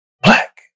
black